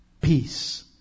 peace